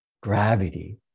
gravity